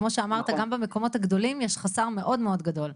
כמו שאמרת גם במקומות הגדולים יש חסר מאוד מאוד גדול.